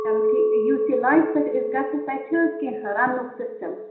چلو ٹھ یُس یہِ لانٛگہِ پٮ۪ٹھ أسۍ گژھَو تَتہِ چھِ حظ کیٚنہہ رَننُک سِسٹَم